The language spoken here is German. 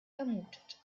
vermutet